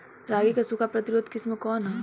रागी क सूखा प्रतिरोधी किस्म कौन ह?